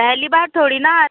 पहली बार थोड़ी ना